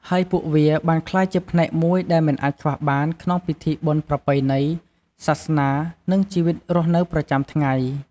ហើយពួកវាបានក្លាយជាផ្នែកមួយដែលមិនអាចខ្វះបានក្នុងពិធីបុណ្យប្រពៃណី សាសនា និងជីវិតរស់នៅប្រចាំថ្ងៃ។